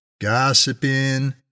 Gossiping